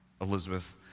Elizabeth